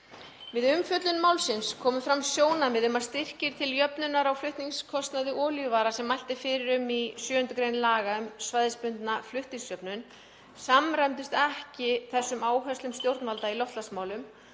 Við umfjöllun málsins komu fram sjónarmið um að styrkir til jöfnunar á flutningskostnaði olíuvara, sem mælt er fyrir um í 7. gr. laga um svæðisbundna flutningsjöfnun, samræmist ekki þessum áherslum stjórnvalda í loftslagsmálum